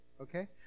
okay